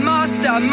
Master